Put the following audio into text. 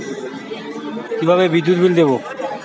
কিভাবে বিদ্যুৎ বিল দেবো?